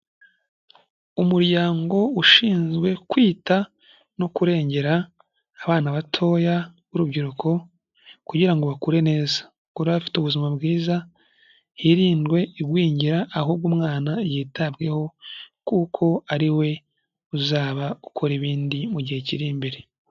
Umuryango ushinzwe kwita no kurengera abana batoya b'urubyiruko kugira ngo bakure neza, bakure bafite ubuzima bwiza hirindwe igwingira ahubwo umwana yitabweho kuko ari we uzaba ukora ibindi mu gihe kiri imbere.